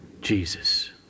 Jesus